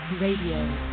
Radio